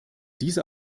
diese